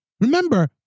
Remember